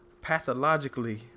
pathologically